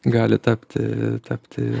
gali tapti tapti